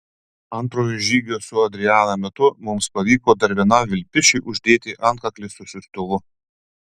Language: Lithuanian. antrojo žygio su adriana metu mums pavyko dar vienam vilpišiui uždėti antkaklį su siųstuvu